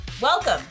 Welcome